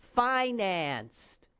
financed